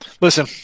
Listen